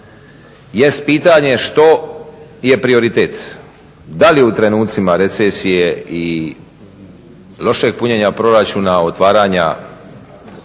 jest pitanje što je prioritet? Da li u trenucima recesije i lošeg punjenja proračuna, otvaranja